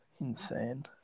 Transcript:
insane